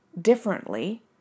differently